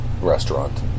restaurant